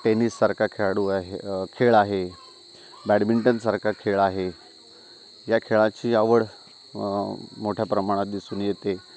टेनिससारखा खेळाडू आहे खेळ आहे बॅडमिंटनसारखा खेळ आहे या खेळाची आवड मोठ्या प्रमाणात दिसून येते